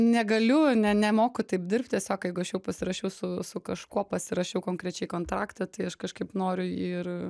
negaliu ne nemoku taip dirbt tiesiog jeigu aš jau pasirašiau su su kažkuo pasirašiau konkrečiai kontraktą tai aš kažkaip noriu ir